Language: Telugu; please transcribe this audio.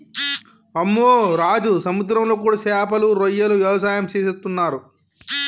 అమ్మె రాజు సముద్రంలో కూడా సేపలు రొయ్యల వ్యవసాయం సేసేస్తున్నరు